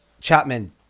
Chapman